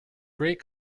great